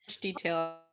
detail